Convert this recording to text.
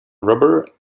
rubber